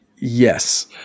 Yes